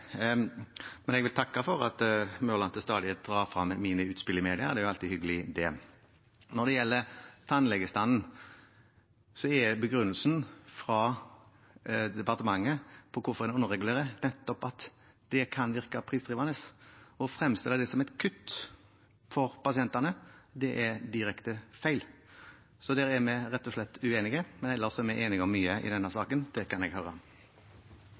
Men jeg vil takke for at Mørland til stadighet drar frem mine utspill i media – det er jo alltid hyggelig. Når det gjelder tannlegestanden, er begrunnelsen fra departementet for hvorfor en underregulerer, nettopp at det kan virke prisdrivende. Å fremstille det som et kutt for pasientene er direkte feil, så der er vi rett og slett uenige. Men ellers er vi enige om mye i denne saken – det kan jeg høre.